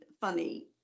funny